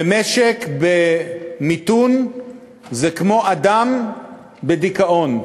ומשק במיתון זה כמו אדם בדיכאון: